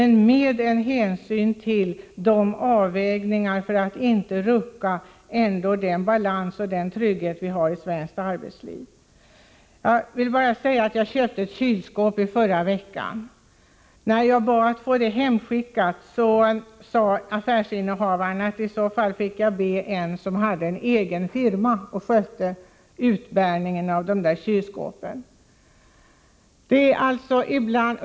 Man har gjort detta och tagit hänsyn till de avvägningar som behövs för att man inte skall rubba den balans och trygghet som finns i det svenska arbetslivet. Jag köpte ett kylskåp i förra veckan. När jag bad att få det hemskickat, sade affärsinnehavaren att jag i så fall fick be en som har en egen firma att sköta hembärningen av kylskåpet.